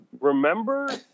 Remember